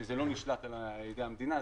שזה לא נשלט על ידי המדינה,